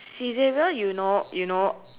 Saizeriya you know you know